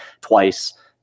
twice